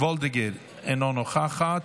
אינה נוכחת,